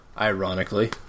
Ironically